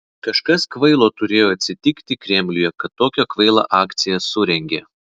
kažkas kvailo turėjo atsitiki kremliuje kad tokią kvailą akciją surengė